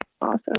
awesome